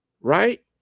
right